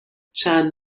چند